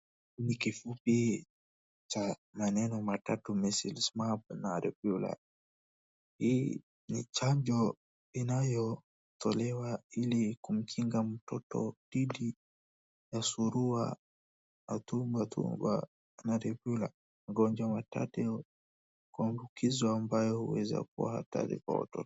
Ni kifupi cha maneno matatu Measles Mumps na Rubella . Hii ni chanjo inayotolewa ili kumkinga mtoto dhidi ya surua, matumbwatumbwa na rubella , magonjwa matatu kuambukizwa ambayo huweza kuwa hatari kwao.